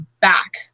back